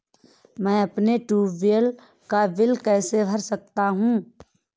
मैं अपने ट्यूबवेल का बिल कैसे भर सकता हूँ?